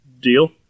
Deal